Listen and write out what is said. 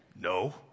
no